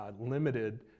limited